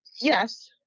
Yes